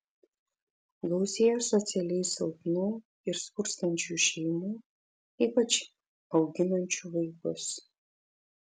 gausėjo socialiai silpnų ir skurstančių šeimų ypač auginančių vaikus